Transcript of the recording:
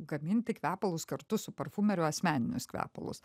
gaminti kvepalus kartu su parfumeriu asmeninius kvepalus